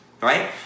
right